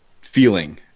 feeling